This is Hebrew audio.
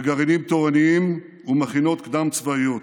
הגרעינים התורניים והמכינות הקדם-צבאיות,